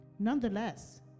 Nonetheless